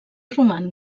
roman